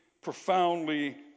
profoundly